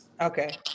Okay